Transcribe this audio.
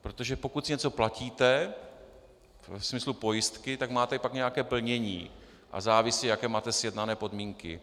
Protože pokud si něco platíte ve smyslu pojistky, tak pak máte nějaké plnění a závisí, jaké máte sjednané podmínky.